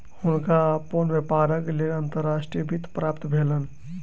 हुनका अपन व्यापारक लेल अंतर्राष्ट्रीय वित्त प्राप्त भेलैन